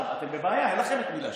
עכשיו, אתם בבעיה, אין לכם את מי להאשים.